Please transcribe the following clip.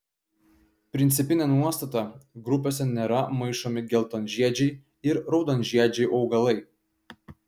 principinė nuostata grupėse nėra maišomi geltonžiedžiai ir raudonžiedžiai augalai